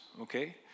okay